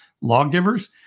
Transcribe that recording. lawgivers